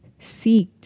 seeked